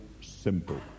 simple